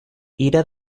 ira